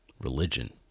religion